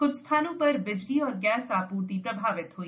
कुछ स्थानों पर बिजली और गैस आपूर्ति प्रभावित हुई